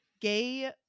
gay